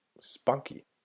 spunky